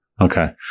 Okay